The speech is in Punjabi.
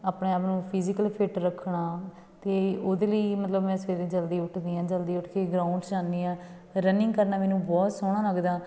ਆਪਣੇ ਆਪ ਨੂੰ ਫਿਜੀਕਲ ਫਿਟ ਰੱਖਣਾ ਅਤੇ ਉਹਦੇ ਲਈ ਮਤਲਬ ਮੈਂ ਸਵੇਰੇ ਜਲਦੀ ਉੱਠਦੀ ਹਾਂ ਜਲਦੀ ਉੱਠ ਕੇ ਗਰਾਉਂਡ ਜਾਂਦੀ ਹਾਂ ਰਨਿੰਗ ਕਰਨਾ ਮੈਨੂੰ ਬਹੁਤ ਸੋਹਣਾ ਲੱਗਦਾ